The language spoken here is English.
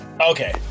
okay